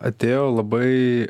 atėjo labai